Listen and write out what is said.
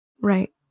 Right